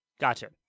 Gotcha